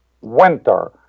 Winter